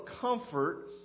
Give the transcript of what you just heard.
comfort